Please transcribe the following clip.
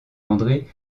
andré